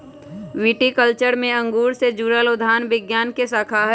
viticulture में अंगूर से जुड़ल उद्यान विज्ञान के शाखा हई